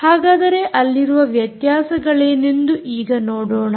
ಹಾಗಾದರೆ ಅಲ್ಲಿರುವ ವ್ಯತ್ಯಾಸಗಳೇನೆಂದು ಈಗ ನೋಡೋಣ